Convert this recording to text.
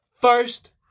first